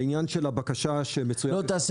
לעניין הבקשה שמצויה אצלנו --- תעשה